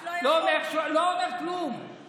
לא אומר כלום,